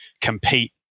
compete